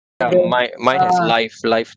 ya mine mine has life life